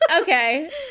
Okay